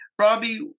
Robbie